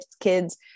kids